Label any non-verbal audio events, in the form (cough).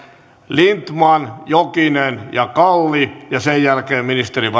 lindtman jokinen ja kalli sen jälkeen ministerin (unintelligible)